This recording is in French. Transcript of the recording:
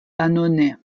annonay